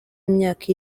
myaka